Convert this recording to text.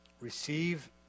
receive